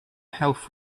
health